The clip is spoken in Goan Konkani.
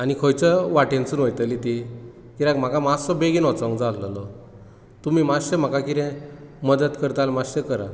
आनी खयचो वाटेंसून वयतली ती कित्याक म्हाका मात्सो बेगीन वचूंक जाय आसलोलो तुमी मात्शे म्हाका कितें मदत करता जाल्यार करात